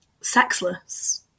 sexless